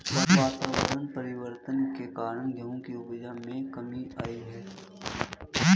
वातावरण परिवर्तन के कारण गेहूं की उपज में कमी आई है